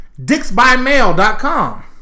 Dicksbymail.com